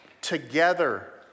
together